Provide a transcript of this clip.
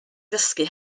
ddysgu